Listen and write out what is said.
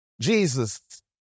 Jesus